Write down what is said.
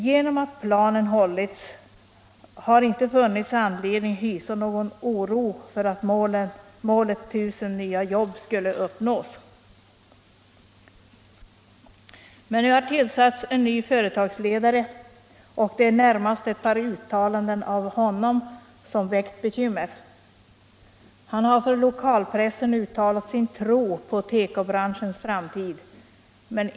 Genom att planen hållits har det inte funnits anledning att hysa någon oro för att målet 1000 nya jobb inte skulle uppnås. Men nu har en ny företagsledare tillsatts. Och det är närmast ett par uttalanden av honom som väckt bekymmer. Han har för lokalpressen uttalat sin tro på tekobranschens framtid.